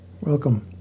Welcome